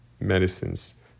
medicines